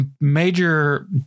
major